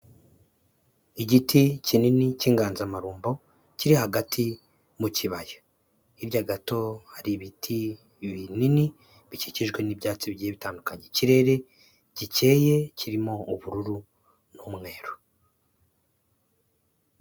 Igiti kinini cy'inganzamarumbo kiri hagati mu kibaya, hirya gato hari ibiti binini bikikijwe n'ibyatsi bigiye bitandukanye, ikirere gikeye kirimo ubururu n'umweru.